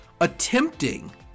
attempting